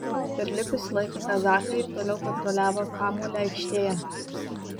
per likusį laiką kazachai ir toliau kontroliavo kamuolį aikštėje